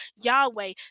Yahweh